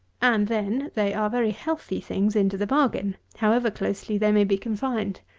and, then, they are very healthy things into the bargain, however closely they may be confined.